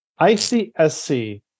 ICSC